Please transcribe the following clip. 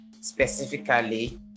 specifically